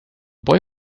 boy